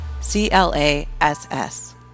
C-L-A-S-S